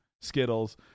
Skittles